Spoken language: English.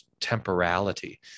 temporality